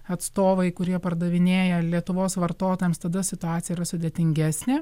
atstovai kurie pardavinėja lietuvos vartotojams tada situacija yra sudėtingesnė